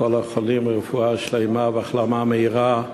ולכל החולים רפואה שלמה והחלמה מהירה.